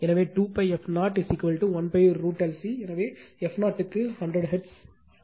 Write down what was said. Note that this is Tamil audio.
எனவே f0 க்கு 100 ஹெர்ட்ஸ் வழங்கப்படுகிறது